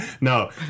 No